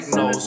no